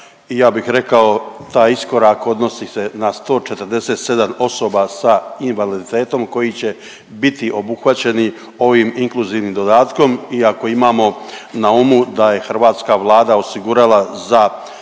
i ja bih rekao, taj iskorak odnosi se na 147 osoba sa invaliditetom koji će biti obuhvaćeni ovim inkluzivnim dodatkom iako imamo na umu da je hrvatska Vlada osigurala za